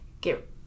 get